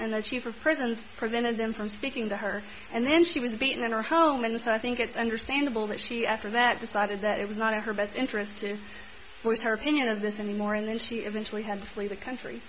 and the chief of prisons prevented them from speaking to her and then she was beaten in her home and so i think it's anderson annabelle that she after that decided that it was not in her best interest to voice her opinion of this anymore and then she eventually had to flee the country